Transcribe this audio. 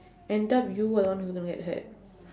end up you are the one who going to get hurt